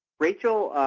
rachel,